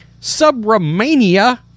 Subramania